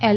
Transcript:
L